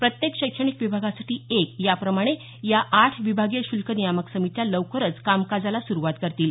प्रत्येक शैक्षणिक विभागासाठी एक याप्रमाणे या आठ विभागीय शुल्क नियामक समित्या लवकरच कामकाजाला सुरूवात करतील